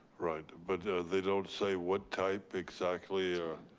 right, but they don't say what type exactly? ah